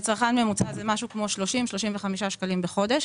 לצרכן ממוצע זה כ-30 עד 35 שקלים בחודש.